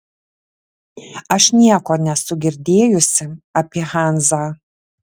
aš nieko nesu girdėjusi apie hanzą